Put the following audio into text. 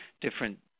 different